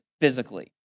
physically